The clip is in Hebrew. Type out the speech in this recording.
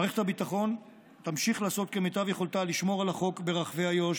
מערכת הביטחון תמשיך לעשות כמיטב יכולתה לשמור על החוק ברחבי איו"ש